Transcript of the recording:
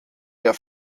der